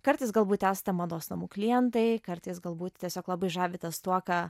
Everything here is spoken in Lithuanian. kartais galbūt esate mados namų klientai kartais galbūt tiesiog labai žavitės tuo ką